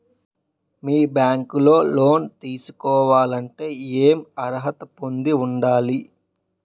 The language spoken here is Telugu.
మీ బ్యాంక్ లో లోన్ తీసుకోవాలంటే ఎం అర్హత పొంది ఉండాలి?